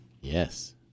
Yes